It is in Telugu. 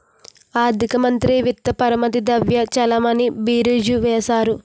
ఆర్థిక మంత్రి విత్త పరపతి ద్రవ్య చలామణి బీరీజు వేస్తారు